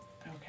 Okay